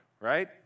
right